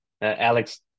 Alex